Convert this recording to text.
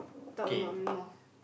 thought about him more